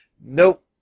nope